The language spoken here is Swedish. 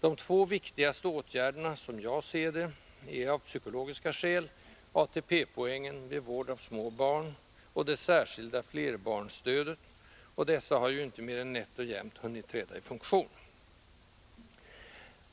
De två viktigaste åtgärderna, som jag ser det, är — av psykologiska skäl — ATP-poängen vid vård av små barn och det särskilda flerbarnsstödet, och dessa har ju inte mer än nätt och jämnt hunnit träda i funktion.